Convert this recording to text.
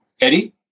Eddie